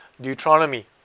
Deuteronomy